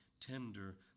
tender